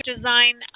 design